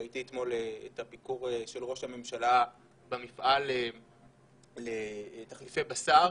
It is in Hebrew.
ראיתי אתמול את הביקור של ראש הממשלה במפעל לתחליפי בשר.